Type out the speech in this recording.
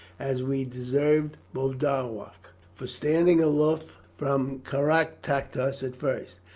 as we deserved, boduoc, for standing aloof from caractacus at first.